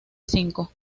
cinco